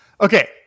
okay